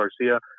Garcia